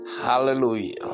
Hallelujah